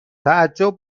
تعجب